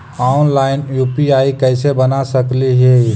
Online UPI कैसे बना सकली ही?